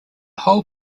whole